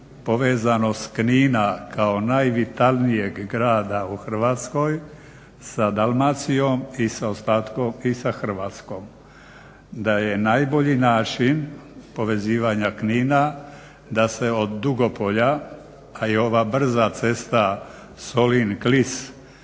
povezanost Knina kao najvitalnijeg grada u Hrvatskoj sa Dalmacijom i sa Hrvatskom. Da je najbolji način povezivanja Knina da se od Dugopolja, a i ova brza cesta Solin-Klis